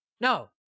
No